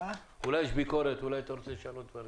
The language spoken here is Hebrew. אולי יש לך ביקורת, אולי אתה רוצה לשנות דברים.